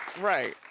right,